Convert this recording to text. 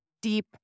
deep